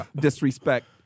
disrespect